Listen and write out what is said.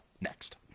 next